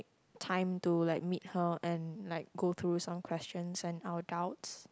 time to like meet her and like go through some questions and our doubts